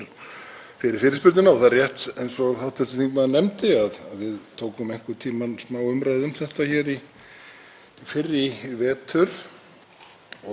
Það er þannig að þegar maður fer að klóra sér í kollinum og spyrja elstu menn þá er ekkert mjög langt síðan, en þó einhverjir áratugir,